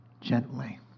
gently